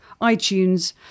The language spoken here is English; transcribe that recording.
iTunes